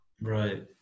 Right